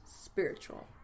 spiritual